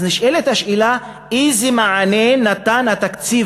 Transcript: אז נשאלת השאלה איזה מענה נתן התקציב